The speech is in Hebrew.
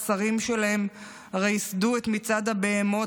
הרי השרים שלהם ייסדו את מצעד הבהמות